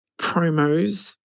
promos